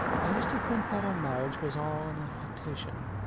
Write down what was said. i used to think that our marriage was all an affectation,